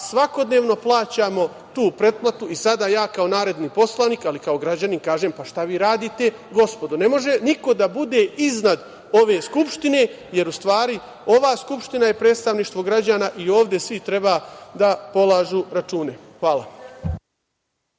svakodnevno plaćamo tu pretplatu. Sada ja kao narodni poslanik, ali kao građanin, kažem – pa šta vi radite gospodo? Ne može niko da bude iznad ove Skupštine, jer u stvari ova Skupština je predstavništvo građana i ovde svi treba da plažu račune. Hvala.